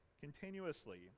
Continuously